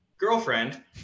girlfriend